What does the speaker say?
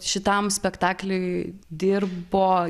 šitam spektakliui dirbo